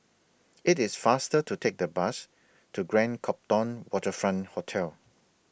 IT IS faster to Take The Bus to Grand Copthorne Waterfront Hotel